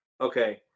Okay